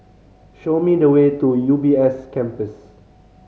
show me the way to U B S Campus